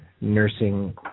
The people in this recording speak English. nursing